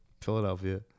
philadelphia